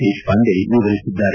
ದೇಶಪಾಂಡೆ ವಿವರಿಸಿದ್ದಾರೆ